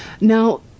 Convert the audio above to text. Now